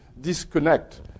disconnect